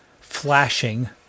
flashing